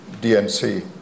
DNC